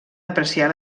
apreciar